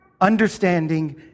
understanding